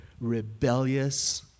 rebellious